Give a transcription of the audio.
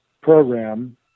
program